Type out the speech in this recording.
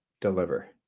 deliver